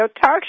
talk